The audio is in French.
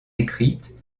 écrite